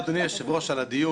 תודה, אדוני היושב-ראש על הדיון.